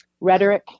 rhetoric